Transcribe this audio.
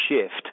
shift